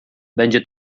będzie